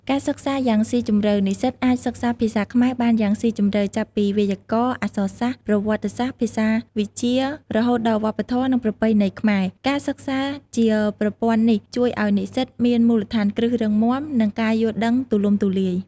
ការសិក្សាយ៉ាងស៊ីជម្រៅ និស្សិតអាចសិក្សាភាសាខ្មែរបានយ៉ាងស៊ីជម្រៅ ចាប់ពី វេយ្យាករណ៍ អក្សរសាស្ត្រ ប្រវត្តិសាស្រ្ត ភាសាវិទ្យា រហូតដល់ វប្បធម៌ និងប្រពៃណីខ្មែរ។ ការសិក្សាជាប្រព័ន្ធនេះជួយឱ្យនិស្សិតមានមូលដ្ឋានគ្រឹះរឹងមាំ និងការយល់ដឹងទូលំទូលាយ។